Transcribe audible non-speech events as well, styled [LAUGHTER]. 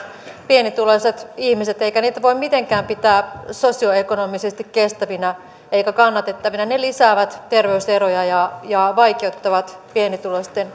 pienituloiset ihmiset eikä niitä voi mitenkään pitää sosioekonomisesti kestävinä eikä kannatettavina ne ne lisäävät terveyseroja ja ja vaikeuttavat pienituloisten [UNINTELLIGIBLE]